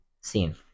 Scene